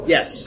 Yes